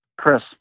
Chris